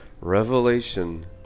Revelation